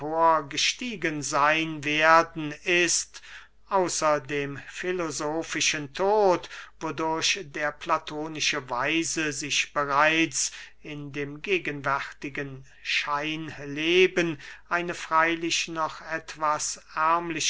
emporgestiegen seyn werden ist außer dem filosofischen tod wodurch der platonische weise sich bereits in dem gegenwärtigen scheinleben eine freylich noch etwas